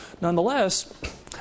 nonetheless